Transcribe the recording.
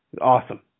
Awesome